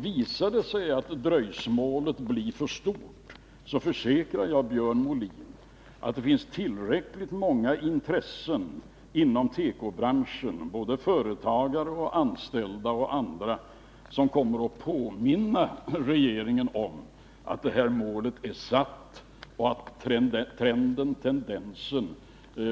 Visar det sig att dröjsmålet blir för stort, försäkrar jag Björn Molin att det finns tillräckligt många intressen inom tekobranschen — företagare, anställda och andra — som kommer att påminna regeringen om det mål som satts upp och att tendensen